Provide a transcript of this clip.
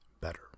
better